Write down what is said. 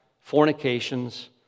fornications